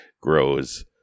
grows